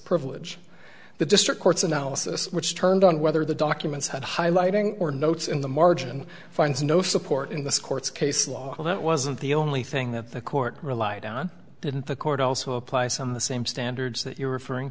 privilege the district court's analysis which turned on whether the documents had highlighting or notes in the margin finds no support in this court's case law well that wasn't the only thing that the court relied on didn't the court also apply some of the same standards that you're referring